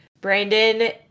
Brandon